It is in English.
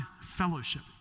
fellowship